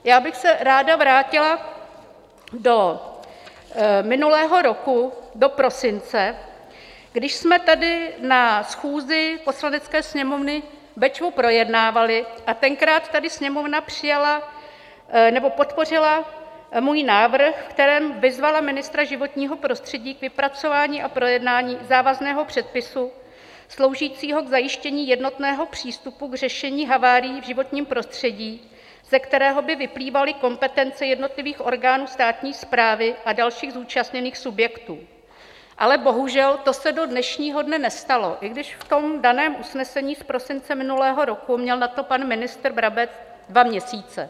Já bych se ráda vrátila do minulého roku do prosince, kdy jsme tady na schůzi Poslanecké sněmovny Bečvu projednávali, a tenkrát tady Sněmovna přijala nebo podpořila můj návrh, ve kterém vyzvala ministra životního prostředí k vypracování a projednání závazného předpisu sloužícího k zajištění jednotného přístupu k řešení havárií v životním prostředí, ze kterého by vyplývaly kompetence jednotlivých orgánů státní správy a dalších zúčastněných subjektů, ale bohužel to se do dnešního dne nestalo, i když v tom daném usnesení z prosince minulého roku měl na to pan ministr Brabec dva měsíce.